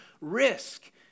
risk